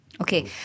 Okay